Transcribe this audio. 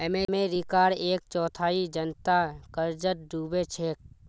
अमेरिकार एक चौथाई जनता कर्जत डूबे छेक